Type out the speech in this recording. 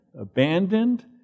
abandoned